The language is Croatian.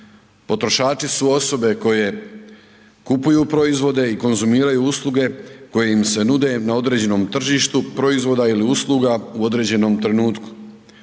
Potrošači su osobe koje kupuju proizvode i konzumiraju usluge koje im se nude na određenom tržištu proizvoda ili usluga u određenom trenutku.